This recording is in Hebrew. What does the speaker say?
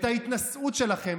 את ההתנשאות שלכם,